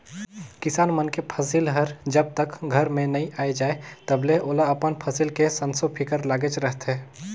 किसान मन के फसिल हर जब तक घर में नइ आये जाए तलबे ओला अपन फसिल के संसो फिकर लागेच रहथे